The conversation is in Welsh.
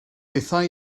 hithau